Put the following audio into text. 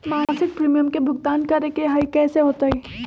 मासिक प्रीमियम के भुगतान करे के हई कैसे होतई?